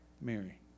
Mary